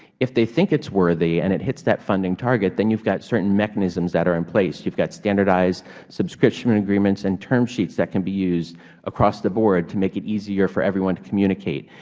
if they think it's worthy and it hits that funding target, then you've got certain mechanisms that are in place. you've got standardized subscription review and agreements and term sheets that can be used across the board to make it easier for everyone to communicate,